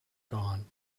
gone